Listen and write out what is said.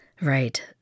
Right